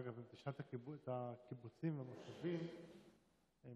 אגב, קיבוצים ומושבים,